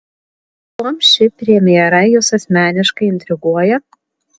kuom ši premjera jus asmeniškai intriguoja